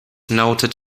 noted